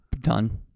done